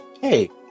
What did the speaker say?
hey